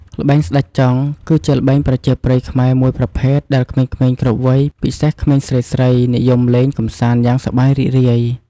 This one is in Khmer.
ល្បែងស្តេចចង់ គឺជាល្បែងប្រជាប្រិយខ្មែរមួយប្រភេទដែលក្មេងៗគ្រប់វ័យ ពិសេសក្មេងស្រីៗ និយមលេងកម្សាន្តយ៉ាងសប្បាយរីករាយ។